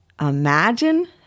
imagine